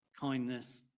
kindness